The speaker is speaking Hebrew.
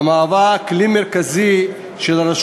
והיא משמשת כלי מרכזי של הרשות